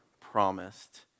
promised